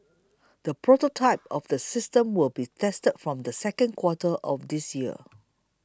the prototype of the system will be tested from the second quarter of this year